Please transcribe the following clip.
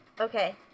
Okay